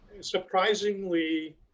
surprisingly